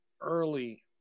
early